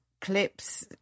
clips